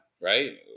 right